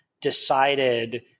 decided